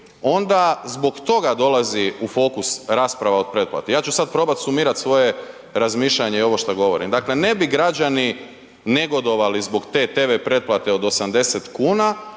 onda zbog toga dolazi u fokus rasprava o pretplati. Ja ću sad probat sumirat svoje razmišljanje i ovo što govorim. Dakle ne bi građani negodovali zbog te TV pretplate od 80 kuna